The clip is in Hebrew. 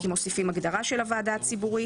כי מוסיפים הגדרה של הוועדה הציבורית.